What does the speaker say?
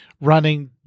running